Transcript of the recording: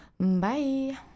Bye